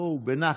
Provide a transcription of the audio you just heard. בואו, בנחת.